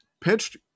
pitched